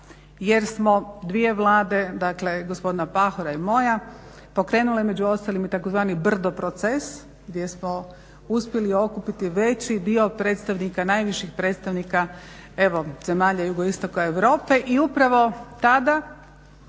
jer smo dvije Vlade, dakle gospodina Pahora i moja pokrenule među ostalim i tzv. brdo proces gdje smo uspjeli okupiti veći dio predstavnika, najviših predstavnika evo zemalja jugoistoka Europe. I upravo tada